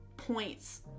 points